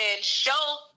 show